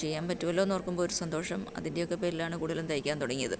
ചെയ്യാൻ പറ്റുമല്ലോ എന്ന് ഓർക്കുമ്പോൾ ഒരു സന്തോഷം അതിൻ്റെയൊക്കെ പേരിലാണ് കൂടുതലും തയ്ക്കാൻ തുടങ്ങിയത്